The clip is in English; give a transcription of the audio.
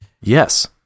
Yes